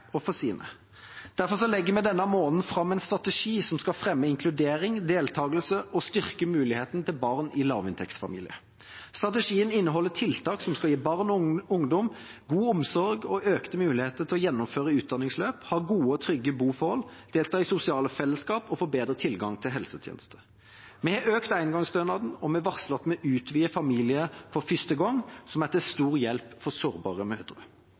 og sine. Derfor legger vi denne måneden fram en strategi som skal fremme inkludering og deltagelse og styrke mulighetene til barn i lavinntektsfamilier. Strategien inneholder tiltak som skal gi barn og ungdom god omsorg og økte muligheter til å gjennomføre utdanningsløp, ha gode og trygge boforhold, delta i sosiale fellesskap og få bedre tilgang til helsetjenester. Vi har økt engangsstønaden, og vi varsler at vi utvider programmet «Familie for første gang», som er til stor hjelp for sårbare mødre.